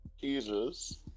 Jesus